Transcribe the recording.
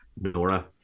Nora